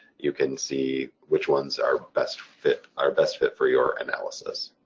you can see which ones are best fit, are best fit for your analysis.